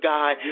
God